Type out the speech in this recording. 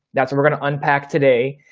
that's what we're going to unpack today.